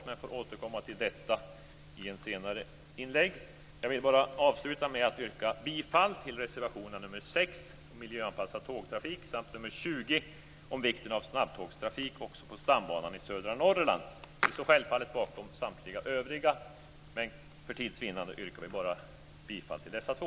Men jag får återkomma till det i ett senare inlägg. Jag vill avsluta med att yrka bifall till reservationerna nr 6, miljöanpassad tågtrafik, samt nr 20 om vikten av snabbtågstrafik också på stambanan i södra Norrland. Jag står självfallet bakom samtliga övriga, men för tids vinnande yrkar jag bifall endast till dessa två.